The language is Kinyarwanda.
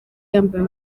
yambaye